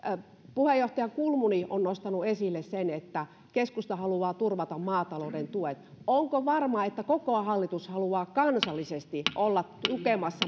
puheenjohtaja kulmuni on nostanut esille sen että keskusta haluaa turvata maatalouden tuet onko varmaa että koko hallitus haluaa kansallisesti olla tukemassa